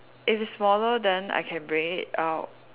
if it's smaller then I can bring it out